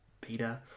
Peter